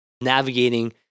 navigating